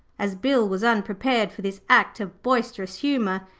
as bill was unprepared for this act of boisterous humour,